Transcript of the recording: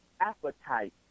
appetite